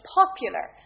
popular